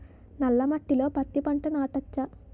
నల్ల మట్టిలో పత్తి పంట నాటచ్చా?